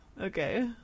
Okay